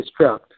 destruct